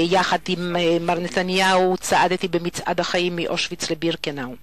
כאשר יחד עם מר נתניהו צעדתי ב"מצעד החיים" מאושוויץ לבירקנאו.